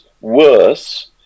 worse